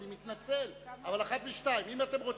אני מתנצל, אבל אחת משתיים, אם אתם רוצים,